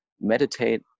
meditate